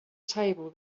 table